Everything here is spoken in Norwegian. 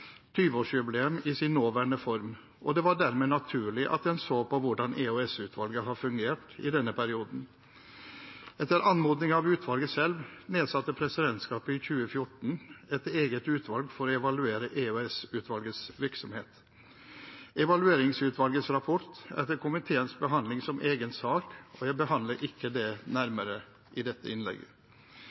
i sin nåværende form, og det var dermed naturlig at en så på hvordan EOS-utvalget har fungert i denne perioden. Etter anmodning fra utvalget selv nedsatte presidentskapet i 2014 et eget utvalg for å evaluere EOS-utvalgets virksomhet. Evalueringsutvalgets rapport behandles i komiteen som egen sak, og jeg behandler ikke det nærmere i dette innlegget.